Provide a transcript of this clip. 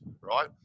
right